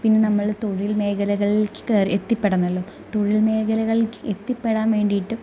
പിന്നെ നമ്മൾ തൊഴിൽ മേഖലകളിലേക്ക് കയറി എത്തിപ്പെടണമല്ലോ തൊഴിൽ മേഖലകളിലേക്ക് എത്തിപ്പെടാൻ വേണ്ടിയിട്ട്